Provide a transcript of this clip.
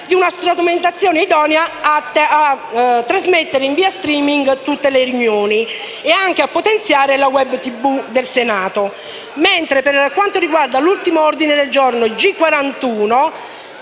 di una strumentazione idonea a trasmettere via *streaming* tutte le riunioni e anche a potenziare la *web* TV del Senato. Per quanto riguarda l'ultimo ordine del giorno G41